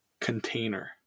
container